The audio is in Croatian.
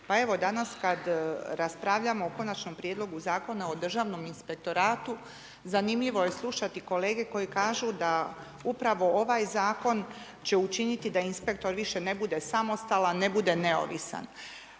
Pa evo, danas kada raspravljamo o konačnom prijedlogu Zakona o Državnom inspektoratu, zanimljivo je slušati kolege, koji kažu da upravo ovaj zakon, će učiniti da inspektor više ne bude samostalan, ne bude neovisan.